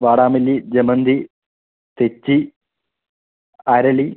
വാടാമല്ലി ജമന്തി തെച്ചി അരളി